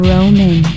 Roman